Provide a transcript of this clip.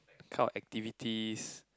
kind of activities